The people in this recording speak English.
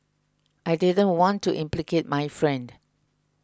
I didn't want to implicate my friend